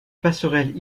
passerelle